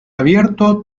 abierto